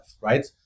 right